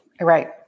right